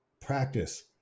practice